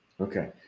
Okay